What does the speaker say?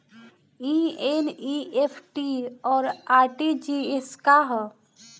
ई एन.ई.एफ.टी और आर.टी.जी.एस का ह?